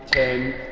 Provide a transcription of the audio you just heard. a